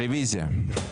רביזיה.